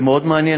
זה מאוד מעניין,